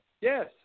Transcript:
Yes